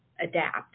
adapt